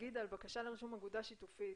נגיד על בקשה לרישום אגודה שיתופית,